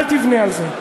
אל תבנה על זה.